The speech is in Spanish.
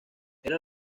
era